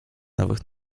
nowych